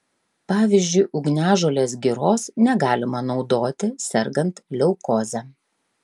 pavyzdžiui ugniažolės giros negalima naudoti sergant leukoze